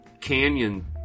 canyon